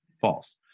false